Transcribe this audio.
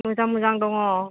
मोजां मोजां दङ